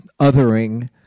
othering